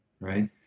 right